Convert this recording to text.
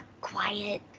quiet